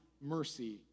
mercy